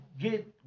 get